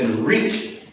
reach